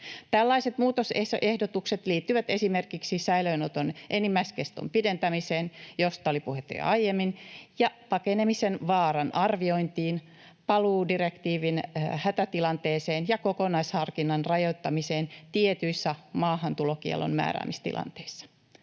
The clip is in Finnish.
Tällaiset muutosehdotukset liittyvät esimerkiksi säilöönoton enimmäiskeston pidentämiseen — josta oli puhetta jo aiemmin — ja pakenemisen vaaran arviointiin, paluudirektiivin hätätilanteeseen ja kokonaisharkinnan rajoittamiseen tietyissä maahantulokiellon määräämistilanteissa.